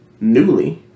newly